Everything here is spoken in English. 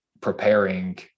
preparing